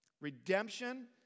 redemption